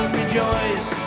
rejoice